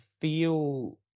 feel